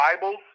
Bibles